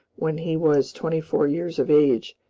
when he was twenty-four years of age,